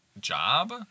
job